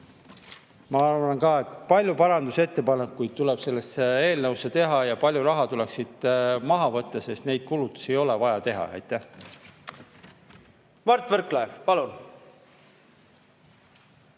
Ma arvan, et palju parandusettepanekuid tuleb selle eelnõu kohta teha ja palju raha tuleks siit maha võtta. Neid kulutusi ei ole vaja teha. Aitäh! Mart Võrklaev, palun!